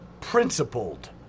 principled